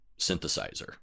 synthesizer